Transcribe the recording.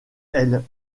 elle